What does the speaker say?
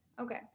okay